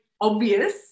obvious